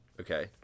Okay